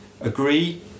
Agree